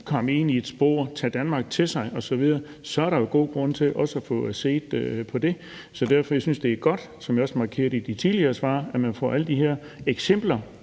komme ind i et spor, tage Danmark til sig osv., så er der god grund til også at få set på det. Derfor synes jeg, det er godt, som jeg også har markeret i de tidligere svar, at man får alle de her eksempler